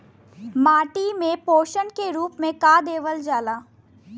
माटी में पोषण के रूप में का देवल जाला?